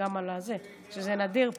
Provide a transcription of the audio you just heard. זה נדיר פה.